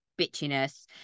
bitchiness